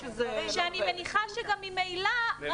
אני מניחה שגם ממילא --- תקבעו אתה הערובה.